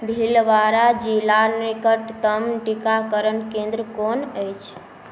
भीलवाड़ा जिलाक निकटतम टीकाकरण केंद्र कोन अछि